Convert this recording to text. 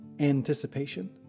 Anticipation